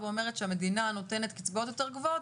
ואומרת שהמדינה נותנת קצבאות יותר גבוהות,